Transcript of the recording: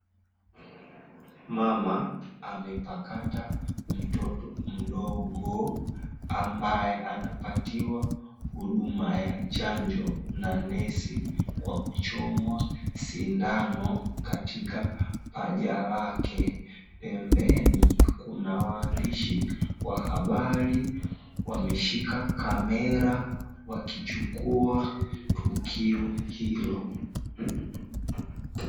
Mama amepakata mtoto mdogo ambaye anapatiwa huduma ya chanjo na nesi, kwa kuchomwa sindano katika paja lake, pembeni kuna waandishi wa habari wameshika kamera wakichukua tukio hilo.